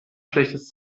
schlechtes